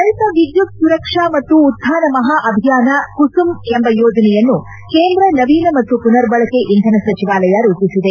ರೈತ ವಿದ್ಯುತ್ ಸುರಕ್ಷಾ ಮತ್ತು ಉತ್ಥಾನ ಮಹಾ ಅಭಿಯಾನ ಕುಸುಮ್ ಎಂಬ ಯೋಜನೆಯನ್ನು ಕೇಂದ್ರ ನವೀನ ಮತ್ತು ಪುನರ್ಬಳಕೆ ಇಂಧನ ಸಚಿವಾಲಯ ರೂಪಿಸಿದೆ